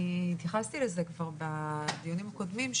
אני כבר התייחסתי לזה בדיונים הקודמים.